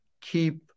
keep –